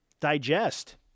digest